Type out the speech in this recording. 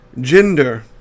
gender